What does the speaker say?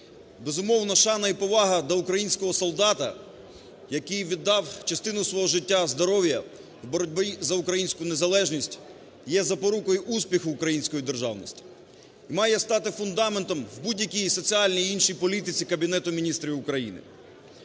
безумовно, шана і повага до українського солдата, який віддав частину свого життя, здоров'я в боротьбі за українську незалежність, є запорукою успіху української державності, має стати фундаментом в будь-якій соціальній, іншій політиці Кабінету Міністрів України.